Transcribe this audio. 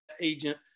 agent